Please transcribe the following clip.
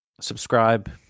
Subscribe